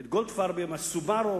את גולדפרב עם ה"סובארו",